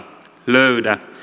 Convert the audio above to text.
löydä